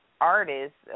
Artists